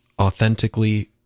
authentically